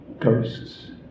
ghosts